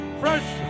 fresh